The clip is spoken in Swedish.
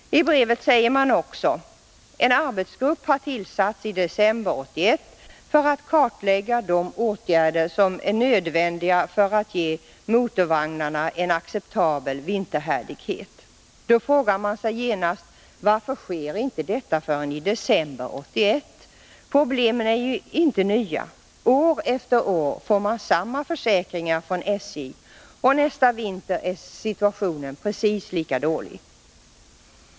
I brevet säger man också: ”En arbetsgrupp har tillsatts i december 1981 för att kartlägga de åtgärder som är nödvändiga för att ge motorvagnarna en acceptabel vinterhärdighet.” Då frågar man sig genast: Varför sker inte detta förrän i december 1981? Problemet är ju inte nytt. År efter år får man samma försäkringar från SJ, och nästa vinter är situationen precis lika dålig.